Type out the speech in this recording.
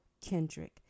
Kendrick